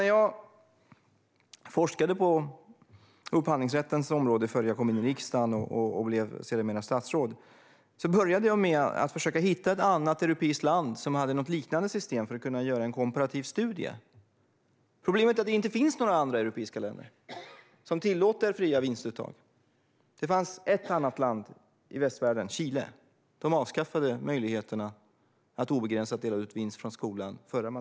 När jag forskade på upphandlingsrättens område, innan jag kom in i riksdagen och sedermera blev statsråd, började jag med att försöka hitta ett annat europeiskt land som hade ett liknande system för att jag skulle kunna göra en komparativ studie. Problemet är bara att det inte finns några andra europeiska länder som tillåter fria vinstuttag. Det fanns ett annat land i västvärlden som gjorde det, nämligen Chile, men där avskaffade man under förra mandatperioden möjligheterna att obegränsat dela ut vinst från skolan.